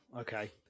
okay